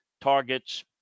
targets